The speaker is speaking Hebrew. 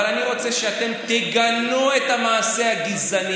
אבל אני רוצה שאתם תגנו את המעשה הגזעני